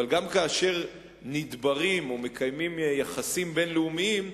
אבל גם כאשר נדברים או מקיימים יחסים בין-לאומיים,